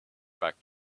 back